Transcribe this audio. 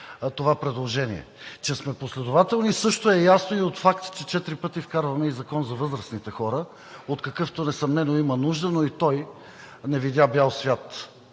това предложение. Че сме последователни също е ясно и от фактите – четири пъти вкарваме и Закон за възрастните хора, от какъвто несъмнено има нужда, но и той не видя бял свят.